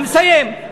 אני מסיים.